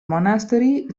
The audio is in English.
monastery